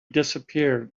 disappeared